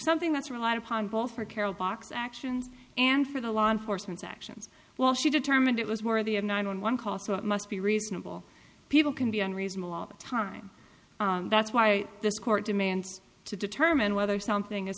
something that's relied upon both for carroll box actions and for the law enforcement actions while she determined it was worthy of nine one one call so it must be reasonable people can be unreasonable all the time that's why this court demands to determine whether something